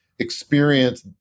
Experience